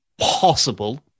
possible